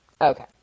Okay